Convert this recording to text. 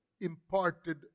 imparted